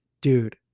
dude